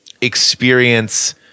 experience